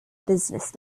business